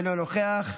אינו נוכח,